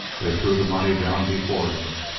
they threw the money down before him.